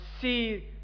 see